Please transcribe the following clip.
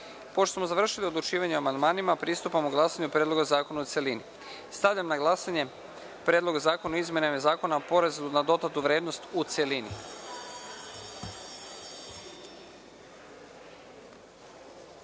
smo završili odlučivanje o amandmanima, pristupamo glasanju o Predlogu zakona u celini. Stavljam na glasanje Predlog zakona o izmenama Zakona o porezu na dodatu vrednost, u celini. Molim